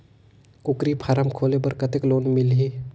कूकरी फारम खोले बर कतेक लोन मिलही?